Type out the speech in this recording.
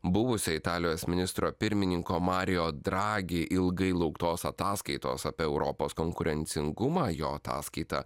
buvusio italijos ministro pirmininko marijo dragi ilgai lauktos ataskaitos apie europos konkurencingumą jo ataskaita